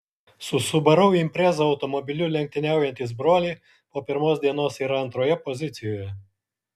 su subaru impreza automobiliu lenktyniaujantys broliai po pirmos dienos yra antroje pozicijoje